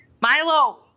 Milo